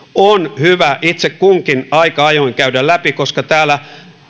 on hyvä itse kunkin aika ajoin käydä läpi koska täällä